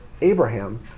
Abraham